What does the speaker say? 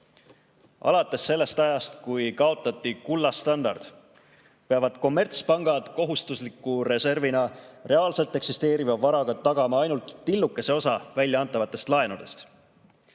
Alates sellest ajast, kui kaotati kullastandard, peavad kommertspangad kohustusliku reservina reaalselt eksisteeriva varaga tagama ainult tillukese osa väljaantavatest laenudest.